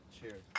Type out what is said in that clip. Cheers